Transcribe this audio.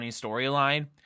storyline